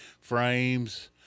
frames